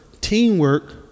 Teamwork